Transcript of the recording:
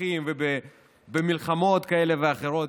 בוויכוחים ובמלחמות כאלה ואחרות,